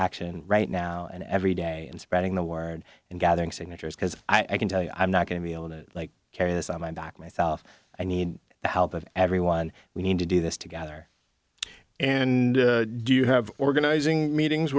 action right now and every day and spreading the word and gathering signatures because i can tell you i'm not going to be able to carry this on my back myself i need the help of everyone we need to do this together and do you have organizing meetings